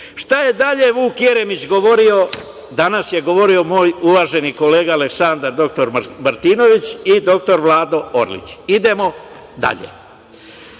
je dalje Vuk Jeremić govorio, danas je govorio moj uvaženi kolega Aleksandar dr Martinović i dr Vlado Orlić. Idemo dalje. Sergej